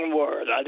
word